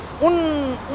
un